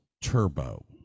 turbo